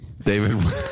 David